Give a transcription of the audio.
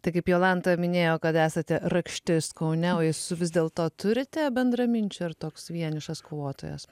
tai kaip jolanta minėjo kad esate rakštis kaune o jūs vis dėlto turite bendraminčių ar toks vienišas kovotojas